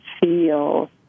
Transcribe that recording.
feel